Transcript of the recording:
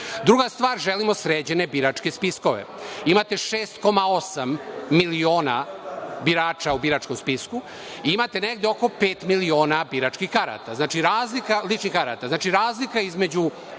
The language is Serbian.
stvar, želimo sređene biračke spiskove. Imate 6,8 miliona birača u biračkom spisku i imate negde oko pet miliona ličnih karata. Znači, razlika između